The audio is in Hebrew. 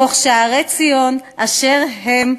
תוך שערי ציון אשר הם נֶהְלָלִים".